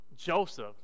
Joseph